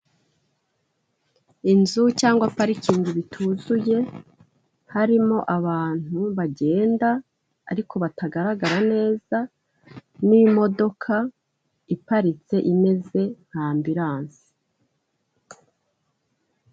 Inzu cyangwa parikingi bituzuye, harimo abantu bagenda ariko batagaragara neza n'imodoka iparitse imeze nka ambiranse.